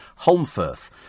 Holmfirth